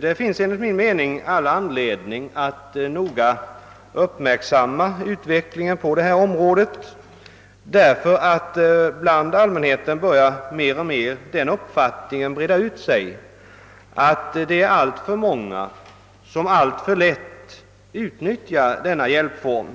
Det finns enligt min mening all anledning att noga uppmärksamma utvecklingen på detta område, eftersom bland allmänheten den uppfattningen mer och mer börjar breda ut sig, att det är alltför många som alltför lätt kan utnyttja denna hjälpform,